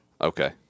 Okay